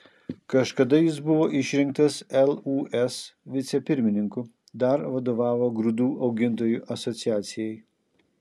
kažkada jis buvo išrinktas lūs vicepirmininku dar vadovavo grūdų augintojų asociacijai